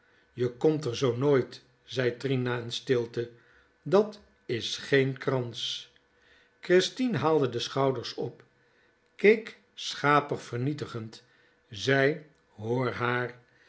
je komt r zoo nooit zei trien na n stilte dat i s geen krans christien haalde de schouders op keek schapig vernietigend zei hoor